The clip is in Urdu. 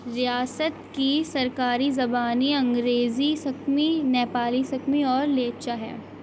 ریاست کی سرکاری زبانیں انگریزی سکمی نیپالی سکمی اور لیپچا ہے